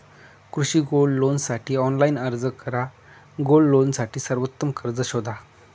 कृषी गोल्ड लोनसाठी ऑनलाइन अर्ज करा गोल्ड लोनसाठी सर्वोत्तम कर्ज शोधा